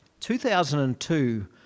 2002